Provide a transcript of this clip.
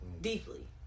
Deeply